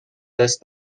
دست